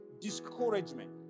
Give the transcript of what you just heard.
discouragement